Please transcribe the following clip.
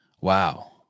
Wow